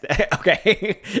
Okay